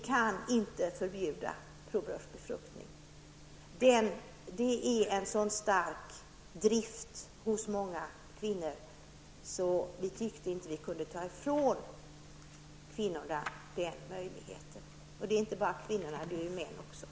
Längtan efter att få föda ett eget barn är så stark hos många kvinnor att vi känner att vi inte kan beröva kvinnorna denna möjlighet -- ja, det gäller för resten även männen.